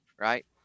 right